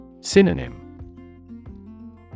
Synonym